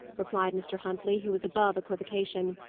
replied mr. huntley, who was above equivocation.